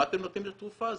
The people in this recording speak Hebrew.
מה אתם נותנים את התרופה הזאת?